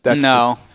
No